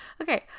Okay